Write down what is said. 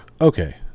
okay